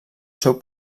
seu